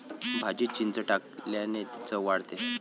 भाजीत चिंच टाकल्याने चव वाढते